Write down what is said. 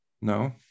No